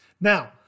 Now